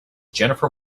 jennifer